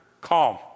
calm